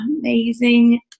amazing